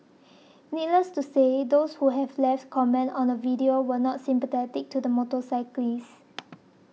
needless to say those who have left comments on the video were not sympathetic to the motorcyclist